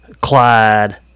Clyde